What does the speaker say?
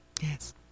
Yes